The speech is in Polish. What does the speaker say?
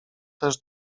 też